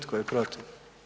Tko je protiv?